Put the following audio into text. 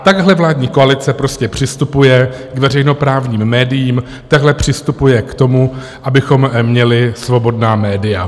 Takhle vládní koalice prostě přistupuje k veřejnoprávním médiím, takhle přistupuje k tomu, abychom měli svobodná média.